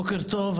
בוקר טוב,